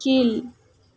கீழ்